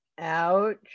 Ouch